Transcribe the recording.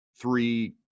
three